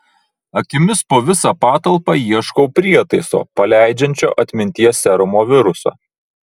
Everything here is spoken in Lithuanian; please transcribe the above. akimis po visą patalpą ieškau prietaiso paleidžiančio atminties serumo virusą